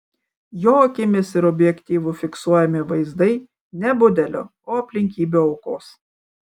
jo akimis ir objektyvu fiksuojami vaizdai ne budelio o aplinkybių aukos